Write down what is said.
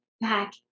back